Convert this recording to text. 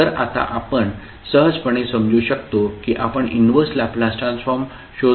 तर आता आपण सहजपणे समजू शकतो की आपण इनव्हर्स लॅपलास ट्रान्सफॉर्म शोधून पुढे कसे जाऊ शकतो